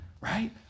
right